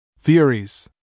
Theories